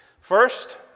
First